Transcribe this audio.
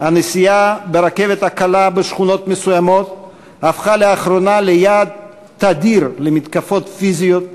הרכבת הקלה הפכה בשכונות מסוימות לאחרונה ליעד תדיר למתקפות פיזיות,